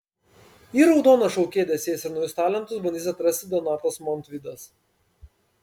į raudoną šou kėdę sės ir naujus talentus bandys atrasti donatas montvydas